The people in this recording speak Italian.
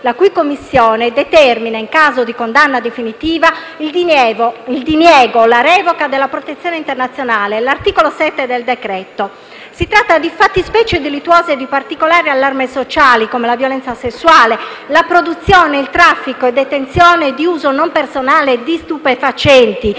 la cui commissione determina, in caso di condanna definitiva, il diniego o la revoca della protezione internazionale, presenti nell'articolo 7 del provvedimento in esame. Si tratta di fattispecie delittuose di particolare allarme sociale, quali la violenza sessuale, la produzione, il traffico e la detenzione ad uso non personale di stupefacenti